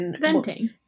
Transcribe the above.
Venting